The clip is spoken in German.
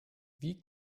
wie